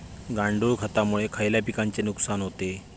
गांडूळ खतामुळे खयल्या पिकांचे नुकसान होते?